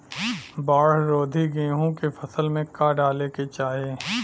बाढ़ रोधी गेहूँ के फसल में का डाले के चाही?